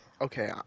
okay